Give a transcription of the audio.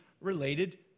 related